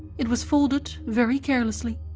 it was folded very carelessly,